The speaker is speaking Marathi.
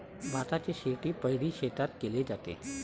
भाताची शेती पैडी शेतात केले जाते